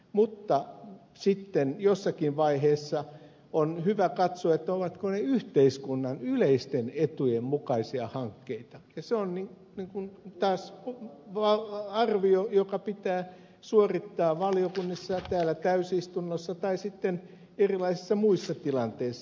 mutta sitten jossakin vaiheessa on hyvä katsoa ovatko ne yhteiskunnan yleisten etujen mukaisia hankkeita ja se on taas arvio joka pitää suorittaa valiokunnassa ja täällä täysistunnossa tai sitten erilaisissa muissa tilanteissa